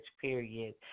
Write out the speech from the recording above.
period